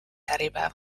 äripäev